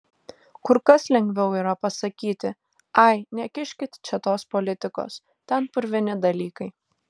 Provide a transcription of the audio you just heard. kur kas lengviau yra pasakyti ai nekiškit čia tos politikos ten purvini dalykai